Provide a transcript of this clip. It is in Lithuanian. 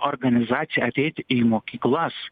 organizacijai ateit į mokyklas